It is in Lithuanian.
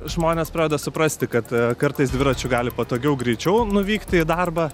žmonės pradeda suprasti kad kartais dviračiu gali patogiau greičiau nuvykti į darbą